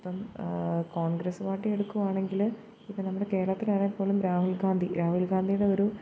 ഇപ്പം കോൺഗ്രസ്സുകാരുടെ എടുക്കുകയാണെങ്കിൽ ഇപ്പം നമ്മുടെ കേരളത്തിലാണേൽ പോലും രാഹുൽ ഗാന്ധി രാഹുൽ ഗാന്ധിയുടെ ഒരു